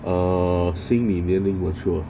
err 心理年龄 mature